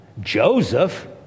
Joseph